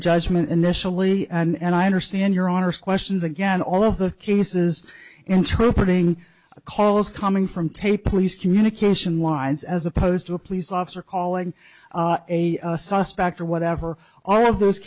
judgment initially and i understand your honour's questions again all of the cases interpret ng a call is coming from tape please communication lines as opposed to a police officer calling a suspect or whatever all of those